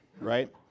right